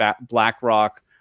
BlackRock